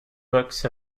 books